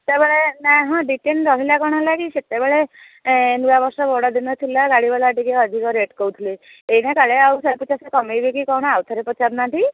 ସେତେବେଳେ ନା ହଁ ରହିଲା କ'ଣ ହେଲା କି ସେତେବେଳେ ଏ ନୂଆବର୍ଷ ବଡ଼ଦିନ ଥିଲା ଗାଡ଼ିବାଲା ଟିକିଏ ଅଧିକ ରେଟ୍ କହୁଥିଲେ ଏଇନା ଆଉ ଶହେ ପଚାଶ କମାଇବେ କି କ'ଣ ଆଉଥରେ ପଚାରୁନାହାଁନ୍ତି